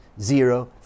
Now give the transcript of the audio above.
zero